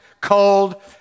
cold